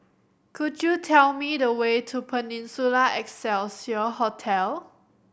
could you tell me the way to Peninsula Excelsior Hotel